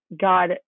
God